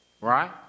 right